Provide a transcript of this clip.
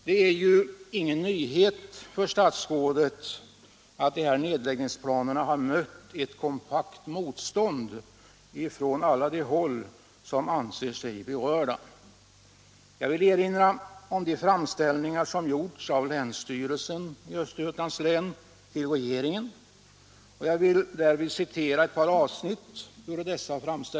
Det är ingen nyhet för statsrådet att nedläggningsplanerna har mött ett kompakt motstånd från alla som anser sig berörda. Jag vill erinra om de framställningar som gjorts av länsstyrelsen i Östergötlands län till regeringen och återge ett par avsnitt av dem.